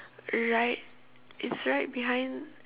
right it's right behind